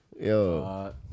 yo